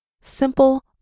simple